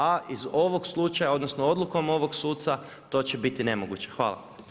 A iz ovog slučaja odnosno odlukom ovog suca to će biti nemoguće.